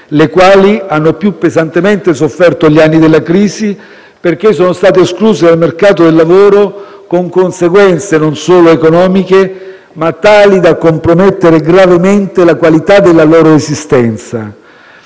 le quali hanno più pesantemente sofferto gli anni della crisi, perché sono state escluse dal mercato del lavoro, con conseguenze non solo economiche, ma tali da compromettere gravemente la qualità della loro esistenza.